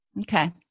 okay